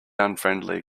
unfriendly